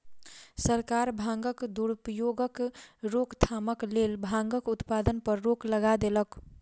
सरकार भांगक दुरुपयोगक रोकथामक लेल भांगक उत्पादन पर रोक लगा देलक